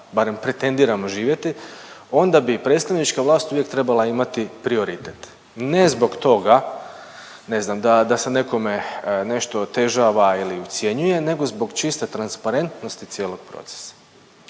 barem pretendiramo živjeti, onda bi predstavnička vlast uvijek trebala imati prioritet. Ne zbog toga, ne znam, da se nekome nešto otežava ili ucjenjuje nego zbog čiste transparentnosti cijelog procesa